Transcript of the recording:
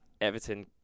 Everton